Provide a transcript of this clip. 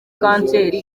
kanseri